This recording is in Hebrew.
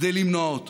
כדי למנוע אותה,